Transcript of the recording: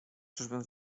czyżbym